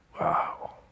Wow